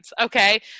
okay